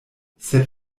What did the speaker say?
sed